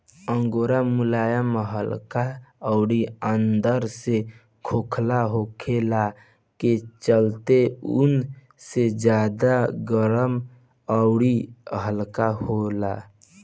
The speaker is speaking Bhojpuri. अंगोरा मुलायम हल्का अउरी अंदर से खोखला होखला के चलते ऊन से ज्यादा गरम अउरी हल्का रहेला